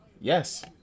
Yes